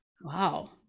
Wow